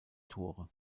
tore